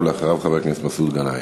אחריו, חבר הכנסת מסעוד גנאים.